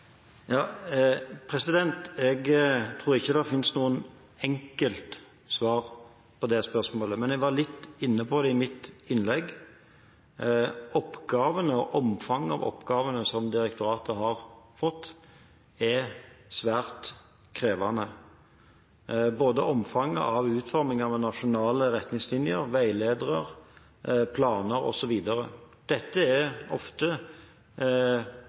Jeg tror ikke det finnes noe enkelt svar på det spørsmålet, men jeg var litt inne på det i mitt innlegg. Oppgavene og omfanget av oppgavene som direktoratet har fått, er svært krevende, både omfanget og utformingen av nasjonale retningslinjer, veiledere, planer, osv. Dette er ofte